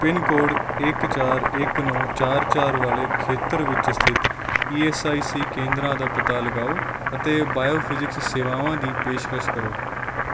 pin code ਇੱਕ ਚਾਰ ਇੱਕ ਨੌਂ ਚਾਰ ਚਾਰ ਵਾਲੇ ਖੇਤਰ ਵਿੱਚ ਸਥਿਤ ਈ ਐਸ ਆਈ ਸੀ ਕੇਂਦਰਾਂ ਦਾ ਪਤਾ ਲਗਾਓ ਅਤੇ ਬਾਇਓਫਿਜ਼ਿਕਸ ਸੇਵਾਵਾਂ ਦੀ ਪੇਸ਼ਕਸ਼ ਕਰੋ